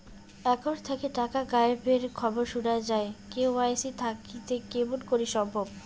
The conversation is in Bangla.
একাউন্ট থাকি টাকা গায়েব এর খবর সুনা যায় কে.ওয়াই.সি থাকিতে কেমন করি সম্ভব?